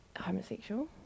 homosexual